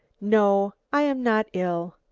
no, i am not ill,